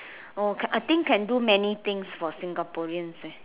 oh can I think can do many things for Singaporeans eh